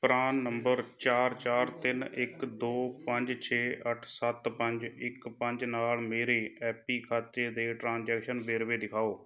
ਪਰਾਨ number ਚਾਰ ਚਾਰ ਤਿੰਨ ਇੱਕ ਦੋ ਪੰਜ ਛੇ ਅੱਠ ਸੱਤ ਪੰਜ ਇੱਕ ਪੰਜ ਨਾਲ਼ ਮੇਰੇ ਐਪੀ ਖਾਤੇ ਦੇ ਟਰਾਂਜ਼ੈਕਸ਼ਨ ਵੇਰਵੇ ਦਿਖਾਓ